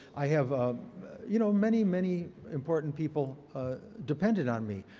i have, ah you know, many, many important people ah depended on me.